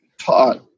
taught